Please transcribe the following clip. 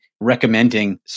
recommending